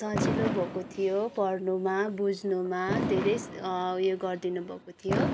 सजिलो भएको थियो पढ्नुमा बुझ्नुमा धेरै उयो गरिदिनु भएको थियो